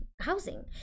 housing